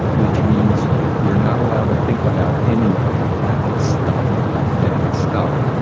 which means you're not allowed to think about any of that stuff, that bad stuff.